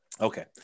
Okay